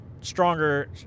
stronger